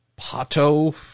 Pato